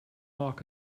mark